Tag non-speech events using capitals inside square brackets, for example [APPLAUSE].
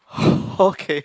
[LAUGHS] okay